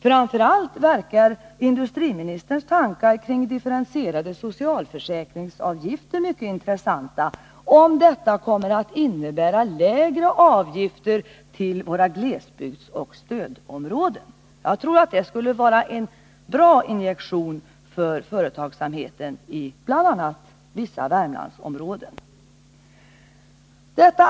Framför allt verkar industriministerns tankar kring de differentierade socialförsäkringsavgifterna mycket intressanta, om detta kommer att innebära lägre avgifter för våra glesbygdsoch stödområden. Jag tror att det skulle vara en bra injektion för företagsamheten i bl.a. vissa Värmlandsområden.